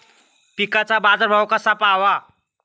पिकांचा बाजार भाव कसा पहावा?